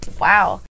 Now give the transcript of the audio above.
Wow